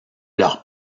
leur